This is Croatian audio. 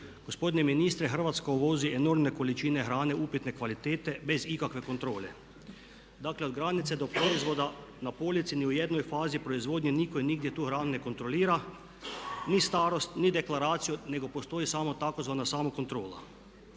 Gospodine ministre Hrvatska uvozi enormne količine hrane upitne kvalitete bez ikakve kontrole. Dakle, od granice do proizvoda na polici ni u jednoj fazi proizvodnje nitko i nigdje tu hranu ne kontrolira, ni starost, ni deklaraciju, nego postoji samo tzv. Samokontrola.